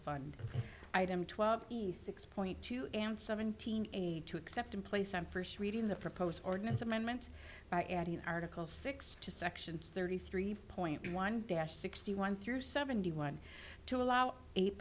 fund item twelve b six point two and seventeen aid to accept in place on first reading the proposed ordinance amendment by adding an article six to section thirty three point one dash sixty one through seventy one to allow